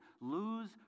lose